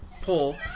pull